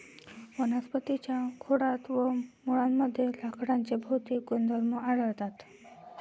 वनस्पतीं च्या खोडात व मुळांमध्ये लाकडाचे भौतिक गुणधर्म आढळतात